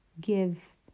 give